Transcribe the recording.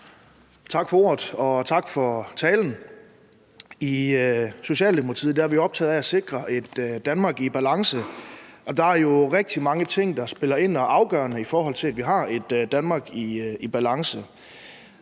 Tak for ordet, og tak for talen. I Socialdemokratiet er vi optaget af at sikre et Danmark i balance, og der er jo rigtig mange ting, der spiller ind og er afgørende for, at vi har et Danmark i balance.